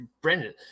Brandon